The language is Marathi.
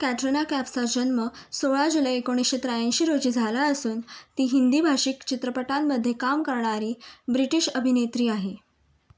कॅट्रना कॅफचा जन्म सोळा जुलै एकोणीशे त्र्याऐंशी रोजी झाला असून ती हिंदीभाषिक चित्रपटांमध्ये काम करणारी ब्रिटिश अभिनेत्री आहे